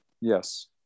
Yes